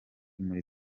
muri